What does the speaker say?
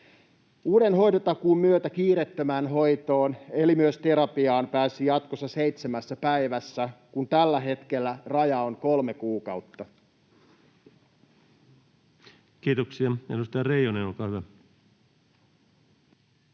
Uuden hoitotakuun myötä kiireettömään hoitoon, eli myös terapiaan, pääsisi jatkossa seitsemässä päivässä, kun tällä hetkellä raja on kolme kuukautta. Kiitoksia. — Edustaja Reijonen, olkaa hyvä.